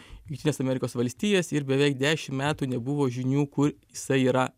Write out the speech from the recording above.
į jungtines amerikos valstijas ir beveik dešim metų nebuvo žinių kur jisai yra